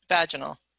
vaginal